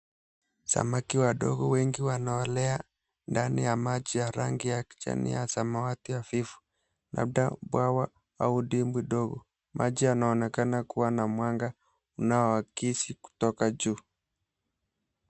Samaki wadogo wengi, wanaogelea ndani ya maji ya rangi ya kijani ya samawati hafifu, labda bwawa au dimbwi dogo. Maji yanaonekana kuwa na mwanga unaoakisi kutoka juu.